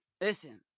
Listen